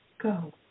go